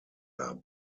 nach